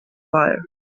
fire